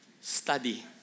study